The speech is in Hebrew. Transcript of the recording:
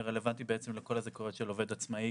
היא רלוונטית לכל הזכאויות של עובד עצמאי,